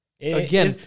again